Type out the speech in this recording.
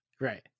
right